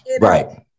Right